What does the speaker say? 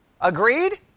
Agreed